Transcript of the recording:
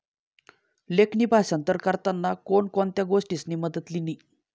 लेखणी भाषांतर करताना कोण कोणत्या गोष्टीसनी मदत लिनी